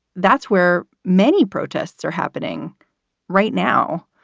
that's where many protests are happening right now.